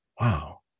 wow